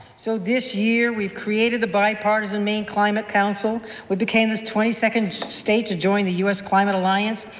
so, this year, we've created the bipartisan maine climate council we became the twenty second state to join the us climate alliance.